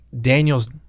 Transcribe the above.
Daniel's